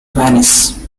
venice